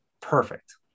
perfect